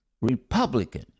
Republican